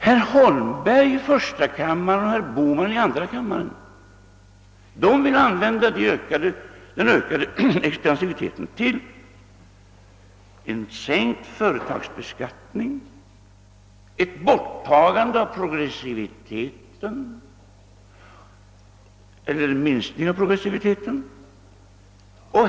Herr Holmberg i första kammaren och herr Bohman i andra kammaren vill däremot låta den ökade expansiviteten ta sig uttryck i en sänkt företagsbeskattning och en minskning av progressiviteten.